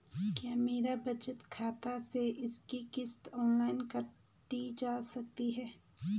क्या मेरे बचत खाते से इसकी किश्त ऑनलाइन काटी जा सकती है?